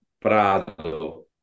Prado